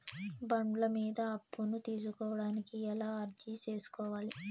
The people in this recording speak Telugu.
బండ్ల మీద అప్పును తీసుకోడానికి ఎలా అర్జీ సేసుకోవాలి?